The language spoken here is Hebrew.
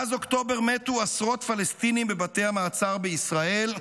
מאז אוקטובר מתו עשרות פלסטינים בבתי המעצר בישראל,